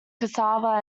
cassava